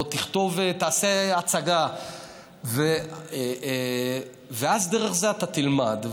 או תכתוב ותעשה הצגה, ואז, דרך זה אתה תלמד.